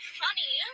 funny